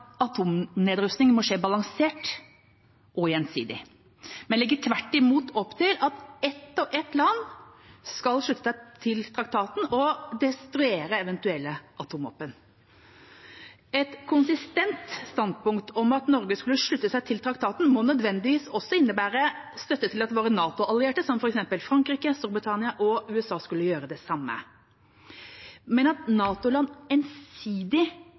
atomnedrustning må skje balansert og gjensidig, men legger tvert imot opp til at ett og ett land skal slutte seg til traktaten og destruere eventuelle atomvåpen. Et konsistent standpunkt om at Norge skulle slutte seg til traktaten, må nødvendigvis også innebære støtte til at våre NATO-allierte, som f.eks. Frankrike, Storbritannia og USA, skulle gjøre det samme. Men at NATO-land ensidig